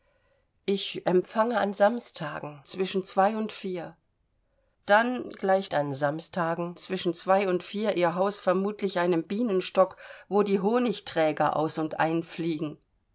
ich empfange an samstagen zwischen zwei und vier dann gleicht an samstagen zwischen zwei und vier ihr haus vermutlich einem bienenstock wo die honigträger aus und einfliegen